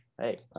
Hey